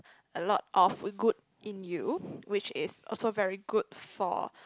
a lot of good in you which is also very good for